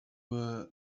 were